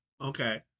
Okay